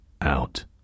out